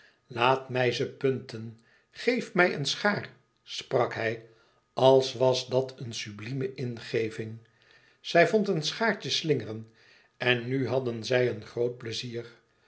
laat mij ze punten geef mij een schaar sprak hij als was dat een sublieme ingeving zij vond een schaartje slingeren en nu hadden zij een groot pleizier